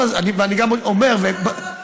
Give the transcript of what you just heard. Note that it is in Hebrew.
ואני גם אומר, כן.